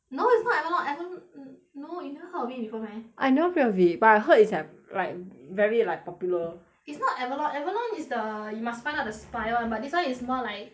no it's not Avalon ava~ n~no you never heard of it before meh I never heard of it but I heard is like like very like popular is not Avalon Avalon is the you must find out the spy [one] but this [one] is more like